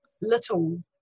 little